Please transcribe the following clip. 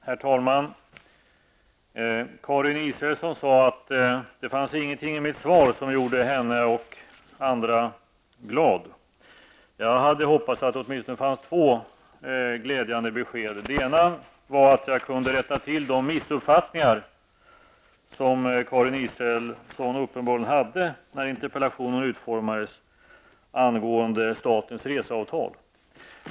Herr talman! Karin Israelsson sade att det fanns ingenting i mitt svar som gjorde henne och andra glada. Jag hade hoppats att det åtminstone fanns två glädjande besked. Det ena var att jag kunde rätta till de missuppfattningar som Karin Israelsson uppenbarligen hade, när interpellationen utformades, angående statens reseavtal.